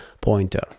pointer